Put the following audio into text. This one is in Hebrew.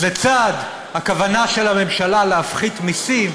אז לצד הכוונה של הממשלה להפחית מיסים,